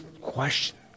question